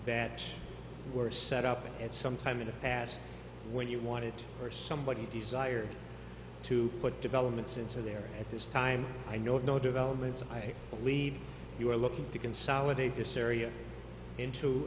that were set up at some time in the past when wanted or somebody desired to put developments into there at this time i know of no developments i believe you are looking to consolidate this area into